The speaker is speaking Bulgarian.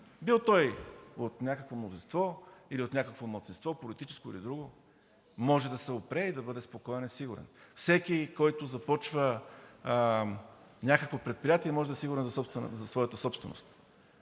бил той от някакво мнозинство, от някакво малцинство – политическо или друго, може да се опре и да бъде спокоен и сигурен, всеки, който започва някакво предприятие, може да е сигурен за своята собственост.